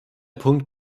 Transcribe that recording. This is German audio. punkt